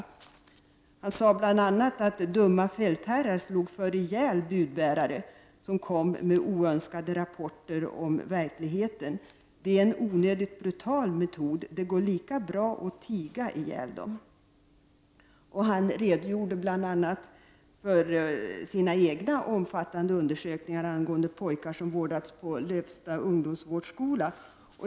Sten Levander sade bl.a.: ”Dumma fältherrar slog förr ihjäl budbärare, som kom med oönskade rapporter om verkligheten. Det är en onödigt brutal metod, det går lika bra att tiga ihjäl dem.” Han redogjorde även för sina egna omfattande undersökningar angående pojkar som vårdats på Lövsta ungdomsvårdskola.